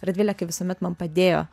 radvilė kaip visuomet man padėjo